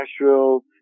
Nashville